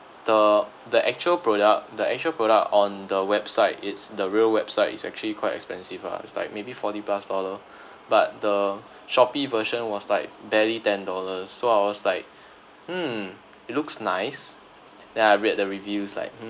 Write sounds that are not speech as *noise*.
the the actual product the actual product on the website it's the real website is actually quite expensive ah it's like maybe forty plus dollar *breath* but the Shopee version was like barely ten dollars so I was like mm it looks nice then I read the reviews like hmm